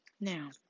Now